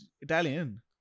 Italian